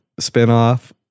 spinoff